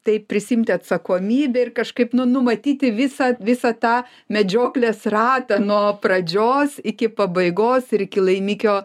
tai prisiimti atsakomybę ir kažkaip nu numatyti visą visą tą medžioklės ratą nuo pradžios iki pabaigos ir iki laimikio